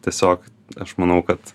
tiesiog aš manau kad